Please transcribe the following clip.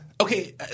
Okay